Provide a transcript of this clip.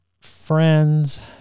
friends